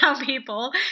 people